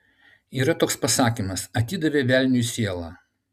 yra toks pasakymas atidavė velniui sielą